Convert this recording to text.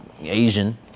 Asian